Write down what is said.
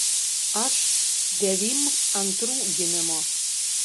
aš devym antrų gimimo